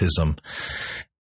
autism